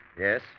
Yes